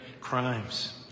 crimes